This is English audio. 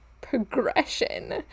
progression